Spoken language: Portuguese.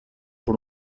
por